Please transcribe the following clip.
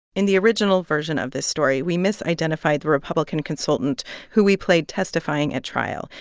in the original version of this story, we misidentified the republican consultant who we played testifying at trial.